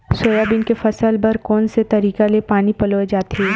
Soybean के फसल बर कोन से तरीका ले पानी पलोय जाथे?